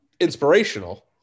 Inspirational